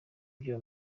bya